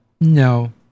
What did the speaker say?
No